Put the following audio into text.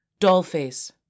Dollface